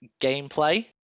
gameplay